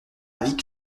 vic